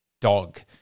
dog